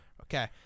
Okay